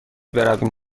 برویم